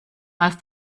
mal